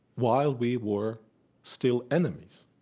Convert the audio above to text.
while we were still enemies.